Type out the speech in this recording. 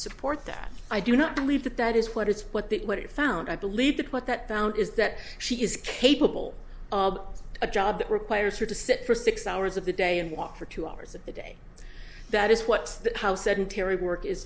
support that i do not believe that that is what is what the what it found i believe to put that down is that she is capable of a job that requires her to sit for six hours of the day and walk for two hours of the day that is what how sedentary work is